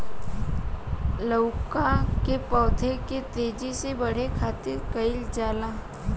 लउका के पौधा के तेजी से बढ़े खातीर का कइल जाला?